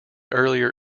earlier